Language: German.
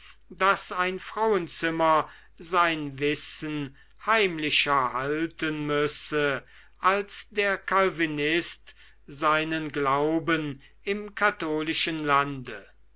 daß ein frauenzimmer sein wissen heimlicher halten müsse als der calvinist seinen glauben im katholischen lande